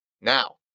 now